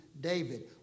David